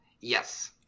Yes